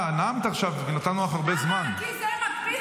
פינוי זבל מחייב חקיקה?